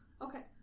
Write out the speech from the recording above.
okay